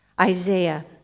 Isaiah